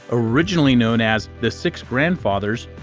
originally known as the six grandfather's,